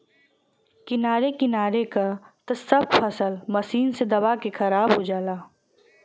किनारे किनारे क त सब फसल मशीन से दबा के खराब हो जाला